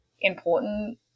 important